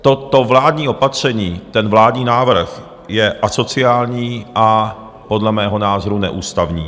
Toto vládní opatření, ten vládní návrh, je asociální a podle mého názoru neústavní.